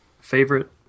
favorite